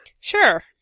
Sure